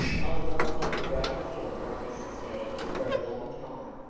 i've liked you a great deal, mrs. dan, for a long time,